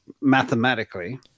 mathematically